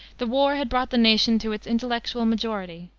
the war had brought the nation to its intellectual majority.